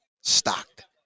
stocked